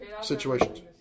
situations